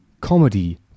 comedy